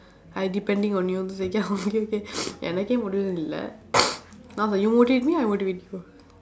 I depending on you he say ya okay okay எனக்கே:enakkee motivation இல்ல:illa I was like you motivate me I motivate you